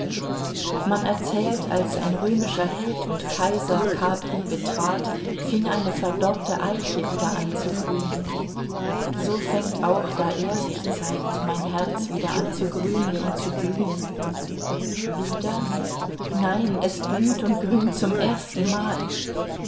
man erzählt als ein römischer held und kaiser capri betrat fing eine verdorrte eiche wieder an zu grünen so fängt auch da er sich zeigt mein herz wieder an zu grünen und zu blühen wieder nein es blüht und grünt zum ersten